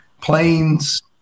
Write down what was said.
planes